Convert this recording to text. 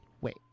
wait